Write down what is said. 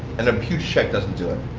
and a huge check doesn't do it.